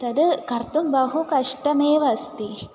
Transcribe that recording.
तद् कर्तुं बहु कष्टमेव अस्ति